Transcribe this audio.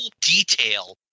detail